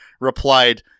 replied